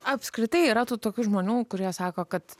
apskritai yra tų tokių žmonių kurie sako kad